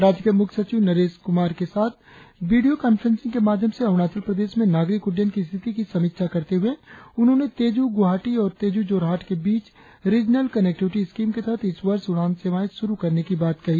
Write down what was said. राज्य के मुख्य सचिव नरेश कुमार के साथ वीडियों कांफ्रेंसिंग के माध्यम से अरुणाचल प्रदेश में नागरिक उड़्डयन की स्थिति की समीक्षा करते हुए उन्होंने तेजू गुवाहाटी और तेजू जोरहाट के बीच रिजनल कनेक्टिविटी स्कीम के तहत इस वर्ष उड़ान सेवाएं शुरु करने की बात कही